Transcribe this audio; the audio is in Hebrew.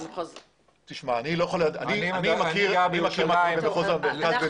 אני מכיר מה שקורה במחוז המרכז.